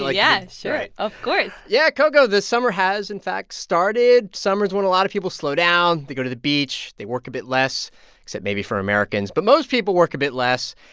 yeah, sure. of course yeah. coco, this summer has, in fact, started. summer's when a lot of people slow down. they go to the beach. they work a bit less except maybe for americans. but most people work a bit less.